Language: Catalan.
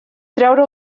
treure